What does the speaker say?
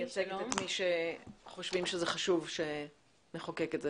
מייצגת את מי שחושבים שזה חשוב שנחוקק את החוק.